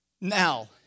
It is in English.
Now